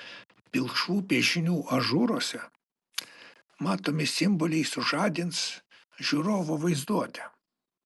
pilkšvų piešinių ažūruose matomi simboliai sužadins žiūrovo vaizduotę